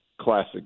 classic